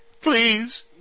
please